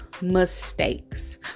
mistakes